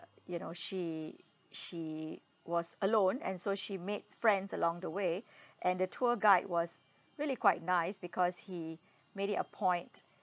you know she she was alone and so she made friends along the way and the tour guide was really quite nice because he made it a point